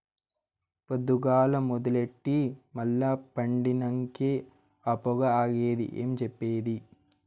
పొద్దుగాల మొదలెట్టి మల్ల పండినంకే ఆ పొగ ఆగేది ఏం చెప్పేది